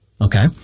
okay